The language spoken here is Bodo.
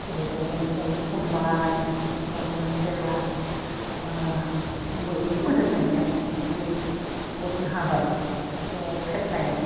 सबाइखौ जों एवथ्रमबाय एवनानै जेला ओह मै एसे मोदोमनायनि आरो गुरै अरनो हाबाय अख्रेबनायाव